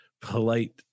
polite